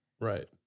Right